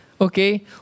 okay